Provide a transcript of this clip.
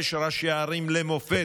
יש ראשי ערים למופת.